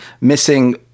missing